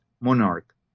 monarch